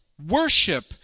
worship